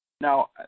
Now